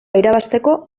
irabazteko